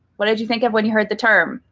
what did you think of when you heard the term?